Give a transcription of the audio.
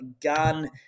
gun